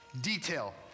detail